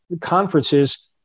conferences